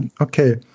okay